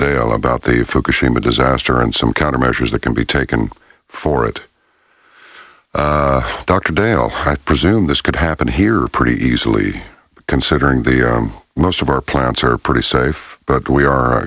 dale about the focus from a disaster and some countermeasures that can be taken for it dr dale i presume this could happen here pretty easily considering the most of our plants are pretty safe but we are